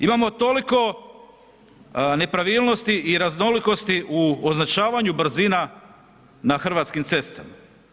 Imamo toliko nepravilnosti i raznolikosti u označavanju brzina na hrvatskim cestama.